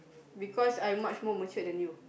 because I'm much more matured than you